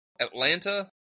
Atlanta